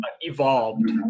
evolved